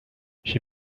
she